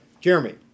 Jeremy